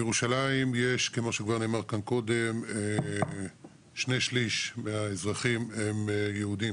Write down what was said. בירושלים יש שני שליש מהאזרחים הם יהודים,